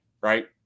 right